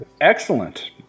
Excellent